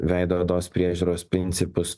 veido odos priežiūros principus